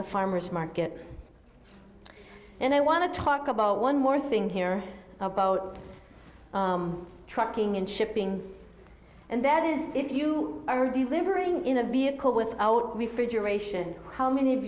the farmer's market and i want to talk about one more thing here about trucking and shipping and that is if you are delivering in a vehicle without refrigeration how many